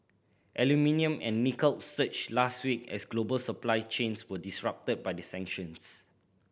aluminium and nickel surged last week as global supply chains were disrupted by the sanctions